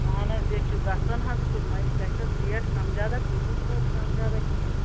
اہن حظ تہِ چھُ گژھن حظ چھُ وۄنۍ گژھٮ۪س ریٹ کم زیاد کٔرۍ ہُس تویتہِ کم زیاد کینٛہہ